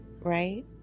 right